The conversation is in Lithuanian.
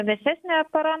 vėsesnė para